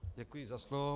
Děkuji za slovo.